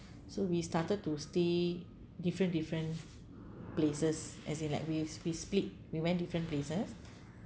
so we started to stay different different places as in like we we split we went different places